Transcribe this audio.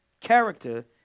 character